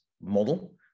model